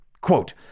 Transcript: Quote